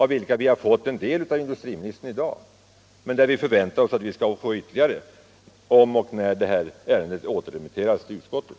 Vi har fått en del av industriministern i dag, men vi förväntar oss att få ändå mer nödvändig information om och när ärendet återremitteras till utskottet.